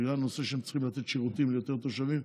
בגלל שהם צריכים לתת שירותים ליותר תושבים.